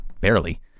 barely